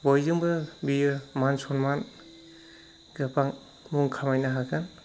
बयजोंबो बियो मान सनमान गोबां मुं खामायनो हागोन